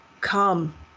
come